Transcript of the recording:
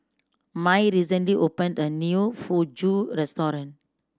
Mai recently opened a new Fugu Restaurant